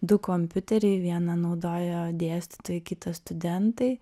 du kompiuteriai vieną naudojo dėstytojai kitą studentai